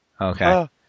okay